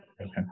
okay